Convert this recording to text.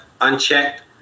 unchecked